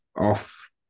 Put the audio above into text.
off